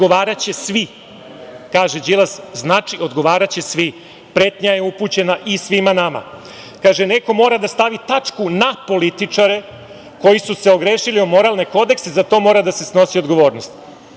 odgovaraće svi.“ Kaže Đilas, znači odgovaraće svi. Pretnja je upućena i svima nama. Kaže - neko mora da stavi tačku na političare koji su se ogrešili o moralne kodekse, za to mora da se snosi odgovornost. Dragan